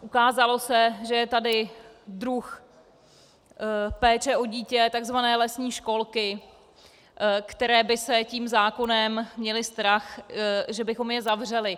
Ukázalo se, že je tady druh péče o dítě, takzvané lesní školky, které by tím zákonem měly strach, že bychom je zavřeli.